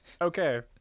Okay